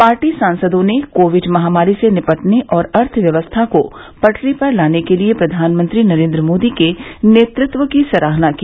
party सांसदों ने covid महामारी से निपटने और अर्थव्यवस्था को पटरी पर लाने के लिए प्रधानमंत्री नरेंद्र मोदी के नेतृत्व की सराहना की